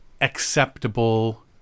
acceptable